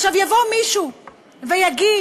עכשיו, יבוא מישהו ויגיד: